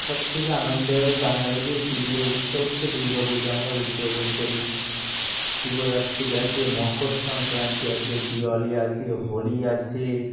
সবথেকে আনন্দ বাঙালিদের প্রিয় উৎসব হচ্ছে দুর্গা পূজা আমরা উদ্যাপন করি শিবরাত্রি আছে মকর সংক্রান্তি আছে দিওয়ালি আছে হোলি আছে